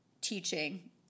teaching